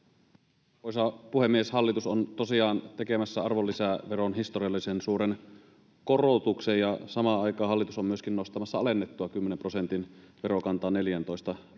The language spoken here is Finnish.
Arvoisa puhemies! Hallitus on tosiaan tekemässä arvonlisäveroon historiallisen suuren korotuksen, ja samaan aikaan hallitus on myöskin nostamassa alennettua 10 prosentin verokantaa 14 prosenttiin.